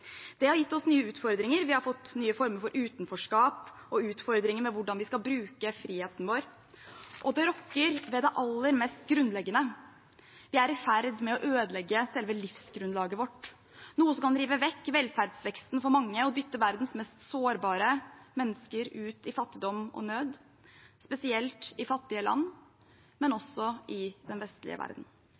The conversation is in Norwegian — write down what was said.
Det har gitt oss nye utfordringer. Vi har fått nye former for utenforskap og utfordringer med hvordan vi skal bruke friheten vår, og det rokker ved det aller mest grunnleggende: Vi er i ferd med å ødelegge selve livsgrunnlaget vårt, noe som kan rive vekk velferdsveksten for mange og dytte verdens mest sårbare mennesker ut i fattigdom og nød, spesielt i fattige land, men også i den vestlige verden.